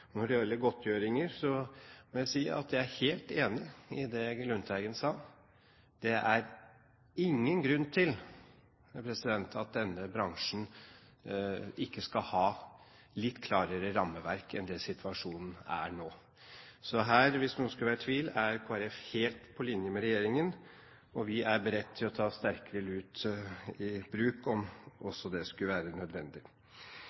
Når det gjelder godtgjøringer, må jeg si at jeg er helt enig i det Lundteigen sa. Det er ingen grunn til at denne bransjen ikke skal ha litt klarere rammeverk enn det situasjonen er nå. Så hvis noen skulle være i tvil, er Kristelig Folkeparti her helt på linje med regjeringen, og vi er beredt til å ta sterkere lut i bruk også, om